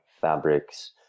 fabrics